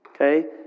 Okay